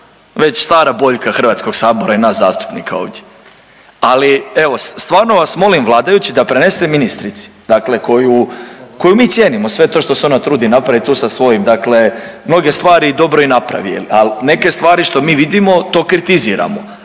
već stara boljka Hrvatskog sabora i nas zastupnika ovdje. Ali evo stvarno vas molim vladajući da prenesete ministrici, dakle koju, koju mi cijenimo, sve to što se ona trudi napraviti tu sa svojim, mnoge stvari dobro i napravi je li, ali neke stvari što mi vidimo to kritiziramo